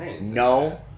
No